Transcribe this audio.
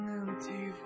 empty